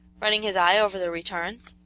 running his eye over the returns.